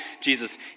Jesus